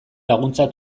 laguntza